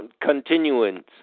continuance